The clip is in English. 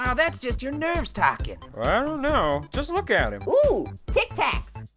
um that's just your nerves talkin'. i don't know, just look at him. oh! tic tacs.